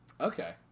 Okay